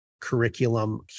curriculum